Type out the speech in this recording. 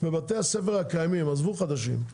בבתי הספר הקיימים, עזבו חדשים,